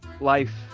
life